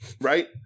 Right